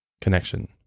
connection